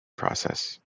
process